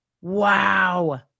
Wow